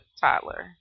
toddler